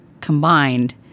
combined